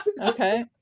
okay